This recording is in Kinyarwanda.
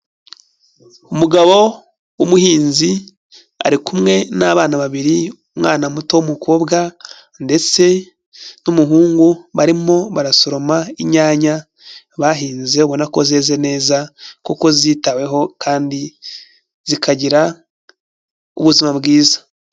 Umugabo w'umuhinzi ari kumwe n'abana babiri, umwana muto w'umukobwa ndetse n'umuhungu barimo barasoroma inyanya bahinze ubona ko zeze neza kuko zitaweho kandi zikagira ubuzima bwiza.